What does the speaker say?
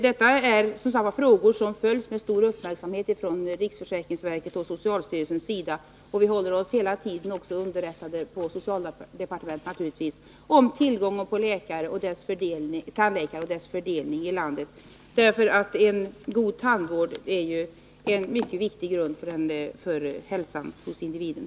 Detta är frågor som följs med stor uppmärksamhet från riksförsäkringsverkets och socialstyrelsens sida, och vi håller oss på socialdepartementet naturligtvis också hela tiden underrättade om tillgången på tandläkare och fördelningen i landet av tandläkarna. En god tandvård är ju en mycket viktig grund för hälsan hos individen.